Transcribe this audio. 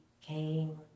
came